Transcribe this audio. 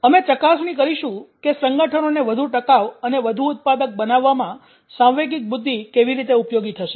અમે ચકાસણી કરીશું કે સંગઠનોને વધુ ટકાઉ અને વધુ ઉત્પાદક બનાવવામાં સાંવેગિક બુદ્ધિ કેવી રીતે ઉપયોગી થશે